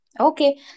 Okay